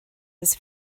his